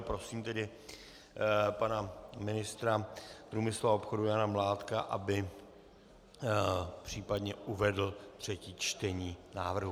Prosím tedy pana ministra průmyslu a obchodu Jana Mládka, aby případně uvedl třetí čtení návrhu.